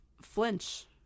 flinch